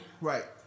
Right